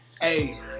hey